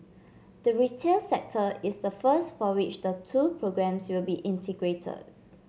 the retail sector is the first for which the two programmes will be integrated